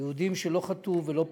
יהודים שלא חטאו ולא פשעו,